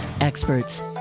experts